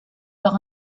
par